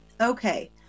okay